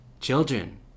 Children